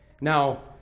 Now